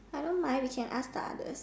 I don't mind we can ask the others